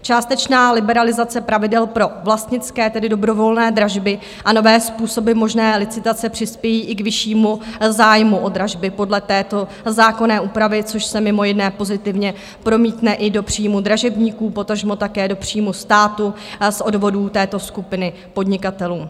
Částečná liberalizace pravidel pro vlastnické, tedy dobrovolné dražby a nové způsoby možné licitace přispějí i k vyššímu zájmu o dražby podle této zákonné úpravy, což se mimo jiné pozitivně promítne i do příjmů dražebníků, potažmo také do příjmu státu z odvodů této skupiny podnikatelů.